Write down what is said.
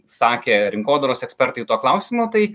sakė rinkodaros ekspertai tuo klausimu tai